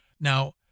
Now